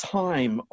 time